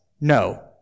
no